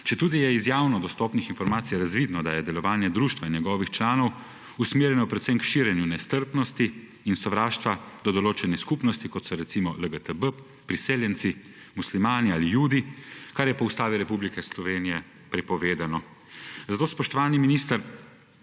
Četudi je iz javno dostopnih informacij razvidno, da je delovanje društva in njegovih članov usmerjeno predvsem k širjenju nestrpnosti in sovraštva do določene skupnosti, kot so recimo LGTB, priseljenci, muslimani ali judi, kar je po Ustavi Republike Slovenije prepovedano. Zato, spoštovani minister,